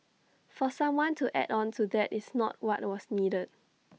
for someone to add on to that is not what was needed